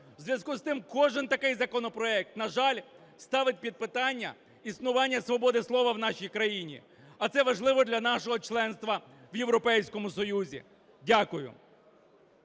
В зв'язку з тим кожен такий законопроект, на жаль, ставить під питання існування свободи слова в нашій країні, а це важливо для нашого членства в Європейському Союзі. Дякую.